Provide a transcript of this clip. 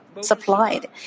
Supplied